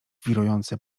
wirujące